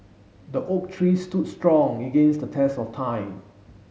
the oak tree stood strong against the test of time